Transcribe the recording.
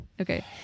Okay